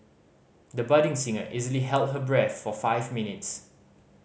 the budding singer easily held her breath for five minutes